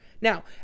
Now